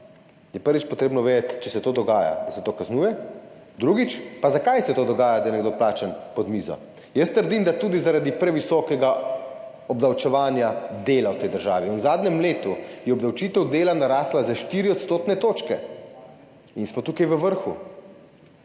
je treba vedeti, prvič, če se to dogaja, da se to kaznuje. Drugič pa, zakaj se to dogaja, da je nekdo plačan pod mizo? Jaz trdim, da tudi zaradi previsokega obdavčevanja dela v tej državi. V zadnjem letu je obdavčitev dela narasla za štiri odstotne točke in smo tukaj v vrhu.